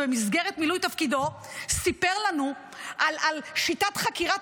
ובמסגרת מילוי תפקידו סיפר לנו על שיטת חקירה,